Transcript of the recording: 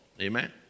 Amen